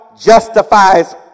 justifies